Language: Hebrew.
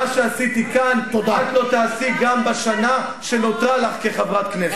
את לא תעשי גם בשנה שנותרה לך כחברת כנסת.